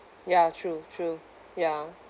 ya true true ya